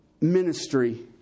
ministry